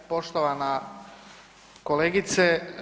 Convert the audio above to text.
Poštovana kolegice.